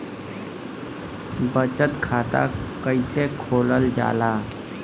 बचत खाता कइसे खोलल जाला?